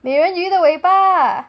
美人鱼的尾巴